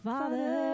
Father